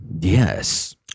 yes